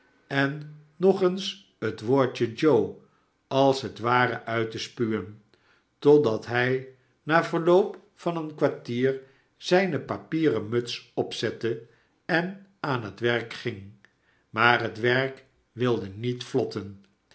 en nog eens het woordje joe als het ware uit te spuwen totdat hij na verloop van een kwartier zijne papieren muts opzette en aan het werk ging maar het werk wilde niet vlotten